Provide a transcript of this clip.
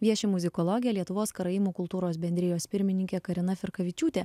vieši muzikologė lietuvos karaimų kultūros bendrijos pirmininkė karina firkavičiūtė